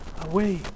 away